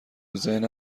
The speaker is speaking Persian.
ذهنم